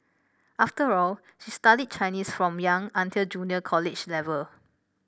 after all she studied Chinese from young until junior college level